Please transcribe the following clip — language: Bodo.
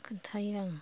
खोनथायो आङो